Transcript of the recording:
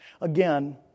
Again